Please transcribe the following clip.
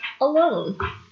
alone